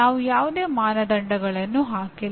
ನಾವು ಯಾವುದೇ ಮಾನದಂಡಗಳನ್ನು ಹಾಕಿಲ್ಲ